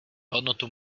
hodnotu